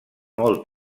molt